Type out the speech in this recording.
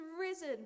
risen